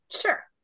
Sure